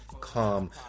Calm